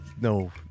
no